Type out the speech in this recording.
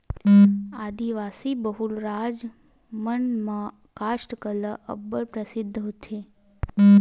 आदिवासी बहुल राज मन म कास्ठ कला ह अब्बड़ परसिद्ध होथे